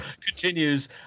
continues